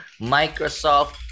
Microsoft